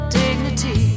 dignity